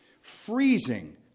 freezing